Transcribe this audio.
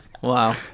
Wow